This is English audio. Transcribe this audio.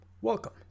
welcome